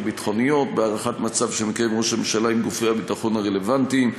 ביטחוניות בהערכת מצב שמקיים ראש הממשלה עם גופי הביטחון הרלוונטיים,